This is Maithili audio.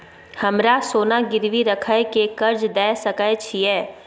हमरा सोना गिरवी रखय के कर्ज दै सकै छिए?